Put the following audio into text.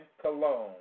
cologne